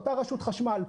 אותה רשות חשמל,